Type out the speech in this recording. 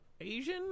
Asian